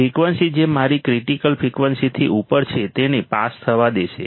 frequency જે મારી critical ફ્રિકવન્સીથી ઉપર છે તેને પસાર થવા દેશે